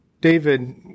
David